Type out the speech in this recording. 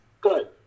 Good